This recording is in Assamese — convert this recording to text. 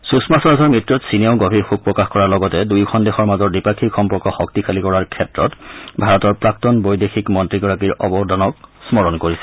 সুষমা স্বৰাজৰ মৃত্যুত চীনেও গভীৰ শোক প্ৰকাশ কৰাৰ লগতে দুয়োখন দেশৰ মাজৰ দ্বিপাক্ষিক সম্পৰ্ক শক্তিশালী কৰাৰ ক্ষেত্ৰত ভাৰতৰ প্ৰাক্তন বৈদেশিক মন্ত্ৰীগৰাকীৰ অৱদানক স্মৰণ কৰিছে